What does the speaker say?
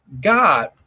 God